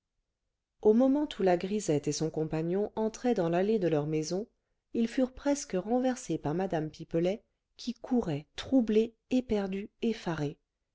au moment où la grisette et son compagnon entraient dans l'allée de leur maison ils furent presque renversés par mme pipelet qui courait troublée éperdue